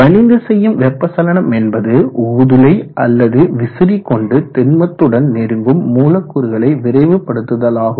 வலிந்து செய்யும் வெப்ப சலனம் என்பது ஊதுலை அல்லது விசிறி கொண்டு திண்மத்துடன் நெருங்கும் மூலக்கூறுகளை விரைவுபடுத்துதலாகும்